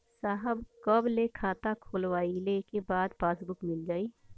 साहब कब ले खाता खोलवाइले के बाद पासबुक मिल जाई?